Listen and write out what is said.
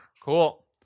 Cool